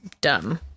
dumb